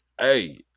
hey